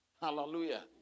Hallelujah